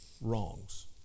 wrongs